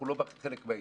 אנחנו לא חלק מהעניין.